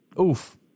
Oof